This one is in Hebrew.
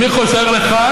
אני חוזר לכאן,